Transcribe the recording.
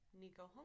Nico